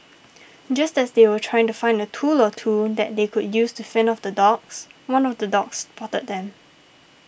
just as they were trying to find a tool or two that they could use to fend off the dogs one of the dogs spotted them